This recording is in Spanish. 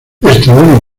estrabón